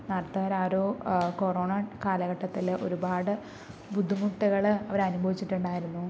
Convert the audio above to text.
നർത്തകര് ആ ഒരു കൊറോണ കാലഘട്ടത്തില് ഒരുപാട് ബുദ്ധിമുട്ടുകള് അവര് അനുഭവിച്ചിട്ടുണ്ടായിരുന്നു